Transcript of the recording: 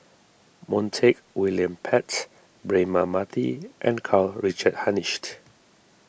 Montague William Pett Braema Mathi and Karl Richard Hanitsch